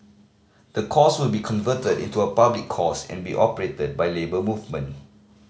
the course will be converted into a public course and be operated by the Labour Movement